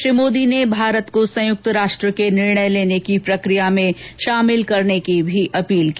श्री मोदी ने भारत को संयुक्त राष्ट्र के निर्णय लेने की प्रक्रिया में शामिल करने की भी अपील की